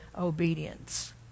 obedience